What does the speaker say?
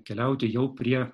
keliauti jau prie